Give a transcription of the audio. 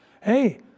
Hey